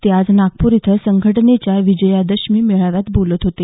ते आज नागपूर इथं संघटनेच्या विजयादशमी मेळाव्यात बोलत होते